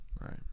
right